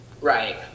right